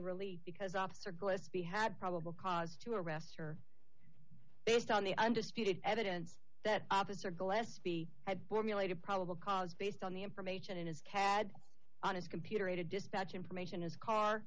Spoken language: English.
really because officer going to be had probable cause to arrest her based on the undisputed evidence that opposite glaspie had formulated probable cause based on the information in his cad on his computer aided dispatch information his car